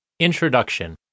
Introduction